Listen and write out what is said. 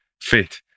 fit